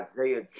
Isaiah